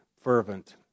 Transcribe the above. fervent